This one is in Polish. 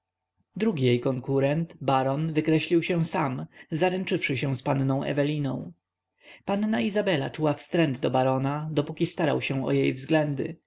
drugi jej konkurent baron wykreślił się sam zaręczywszy się z panną eweliną panna izabela czuła wstręt do barona dopóki starał się o jej względy